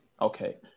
Okay